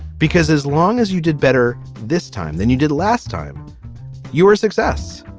because as long as you did better this time than you did last time you are a success.